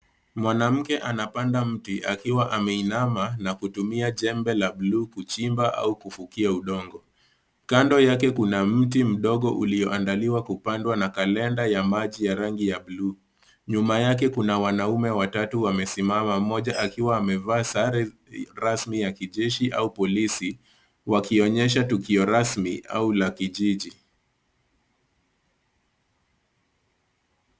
Mwanamke anapanda mti akiwa ameinama na kutumia jembe la blue , kuchimba au kufukia udongo. Kando yake kuna mti mdogo ulioandaliwa kupandwa na kalenda ya maji ya rangi ya blue . Nyuma yake kuna wanaume watatu wamesimama, mmoja akiwa amevaa sare rasmi ya kijeshi au polisi, wakionyesha tukio rasmi au la kijiji.